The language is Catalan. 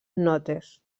notes